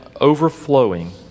overflowing